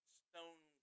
stone